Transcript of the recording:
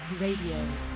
Radio